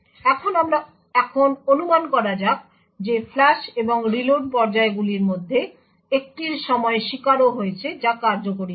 এখন আমরা অনুমান করা যাক যে ফ্লাশ এবং রিলোড পর্যায়গুলির মধ্যে একটির সময় শিকারও রয়েছে যা কার্যকরি হয়েছে